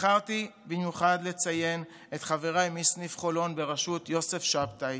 בחרתי במיוחד לציין את חבריי מסניף חולון בראשות יוסף שבתאי,